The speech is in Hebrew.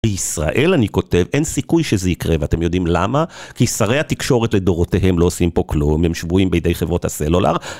בישראל אני כותב אין סיכוי שזה יקרה ואתם יודעים למה כי שרי התקשורת לדורותיהם לא עושים פה כלום הם שבויים בידי חברות הסלולר